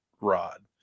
rod